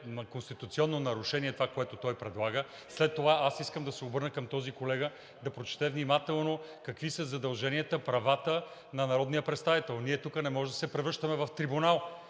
конституционно нарушение – това, което той предлага. Искам да се обърна към този колега да прочете внимателно какви са задълженията и правата на народния представител. Ние тук не можем да се превръщаме в трибунал.